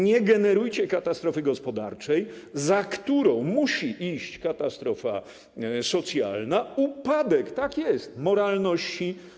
Nie generujcie katastrofy gospodarczej, za którą musi iść katastrofa socjalna, upadek - tak jest - moralności.